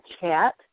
chat